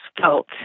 felt